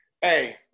Hey